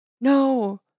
no